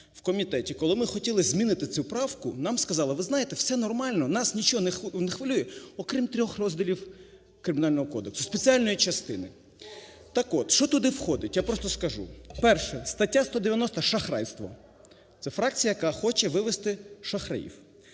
коли ми хотіли змінити цю правку, нам сказали, ви знаєте, все нормально, нас нічого не хвилює окрімІІІ розділів Кримінального кодексу – спеціальної частини. Так от, що туди входить, я просто скажу. Перше. "Стаття 196. Шахрайство". Це фракція, яка хоче вивести шахраїв.